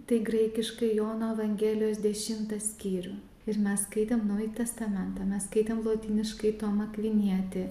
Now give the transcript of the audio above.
tai graikiškai jono evangelijos dešimtą skyrių ir mes skaitėm naująjį testamentą mes skaitėm lotyniškai tomą akvinietį